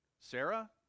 Sarah